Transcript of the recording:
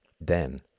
Then